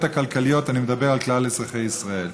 הכלכליות אני מדבר על כלל אזרחי ישראל.